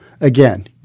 Again